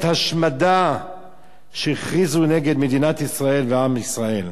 השמדה שהכריזו נגד מדינת ישראל ועם ישראל.